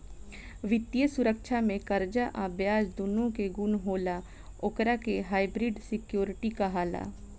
वित्तीय सुरक्षा में कर्जा आ ब्याज दूनो के गुण होला ओकरा के हाइब्रिड सिक्योरिटी कहाला